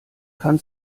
kann